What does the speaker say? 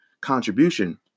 Contribution